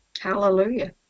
Hallelujah